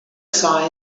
sein